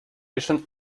adjacent